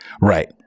Right